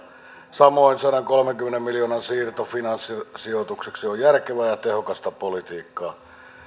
samoin sadankolmenkymmenen miljoonan siirto finanssisijoitukseksi on järkevää ja tehokasta politiikkaa